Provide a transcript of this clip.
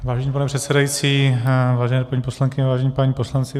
Vážený pane předsedající, vážené paní poslankyně, vážení páni poslanci.